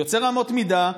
יוצר אמות מידה,